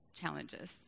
challenges